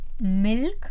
milk